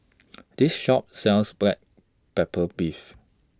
This Shop sells Black Pepper Beef